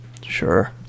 Sure